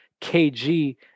KG